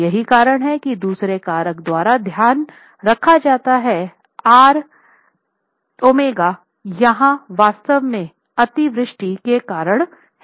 यही कारण है कि दूसरे कारक द्वारा ध्यान रखा जाता है RΩ यहाँ वास्तव में अतिवृष्टि के कारण हैं